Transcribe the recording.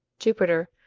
jupiter,